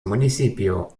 municipio